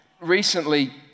Recently